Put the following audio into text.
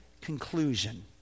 conclusion